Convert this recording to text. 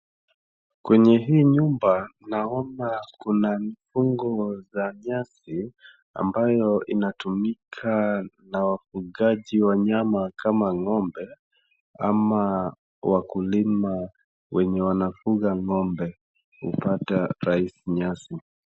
Kwenye hii nyumba naona kuna mifungo za nyasi ambayo inatumika na wafungaji wa nyama kama ng'ombe ama wakulima wenye wanafunga ng'ombe kupata rahisi nyasi.